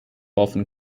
often